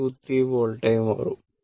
23 വോൾട്ടായി മാറും